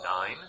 nine